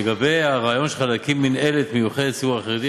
לגבי הרעיון שלך להקים מינהלת מיוחדת לציבור החרדי,